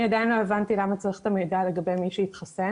אני עדיין לא הבנתי למה צריך את המידע לגבי מי שהתחסן.